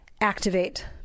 activate